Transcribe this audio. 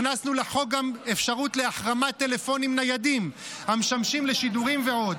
הכנסנו לחוק גם אפשרות להחרמת טלפונים ניידים המשמשים לשידורים ועוד.